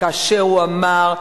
כאשר הוא אמר,